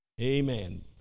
amen